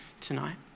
tonight